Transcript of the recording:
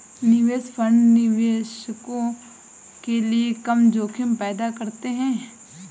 निवेश फंड निवेशकों के लिए कम जोखिम पैदा करते हैं